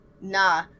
Nah